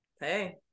Hey